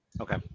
Okay